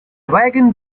wagon